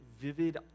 vivid